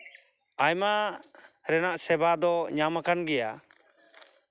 ᱟᱭᱢᱟ ᱨᱮᱱᱟᱜ ᱥᱮᱵᱟ ᱫ ᱚ ᱧᱟᱢ ᱟᱠᱟᱱ ᱜᱮᱭᱟ